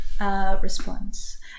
response